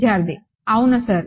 విద్యార్థి అవును సార్